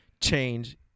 change